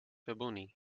ebony